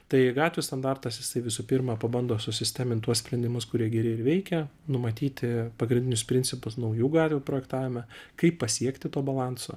tai gatvių standartas jisai visų pirma pabando susistemint tuos sprendimus kurie geri ir veikia numatyti pagrindinius principus naujų gatvių projektavime kaip pasiekti to balanso